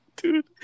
Dude